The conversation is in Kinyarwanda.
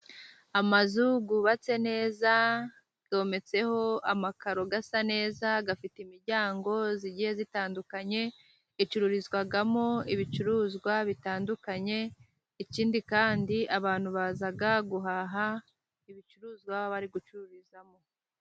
Amazu yubatse neza yometseho amakaro asa neza. Afite imiryango itandukanye . Icururizwamo ibicuruzwa bitandukanye. Ikindi kandi abantu baza guhaha ibicuruzwa bari gucururizamo.